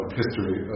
history